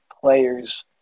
players